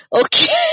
okay